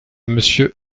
monsieur